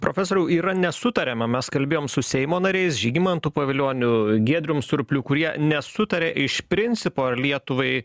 profesoriau yra nesutariama mes kalbėjom su seimo nariais žygimantu pavilioniu giedrium surpliu kurie nesutaria iš principo ar lietuvai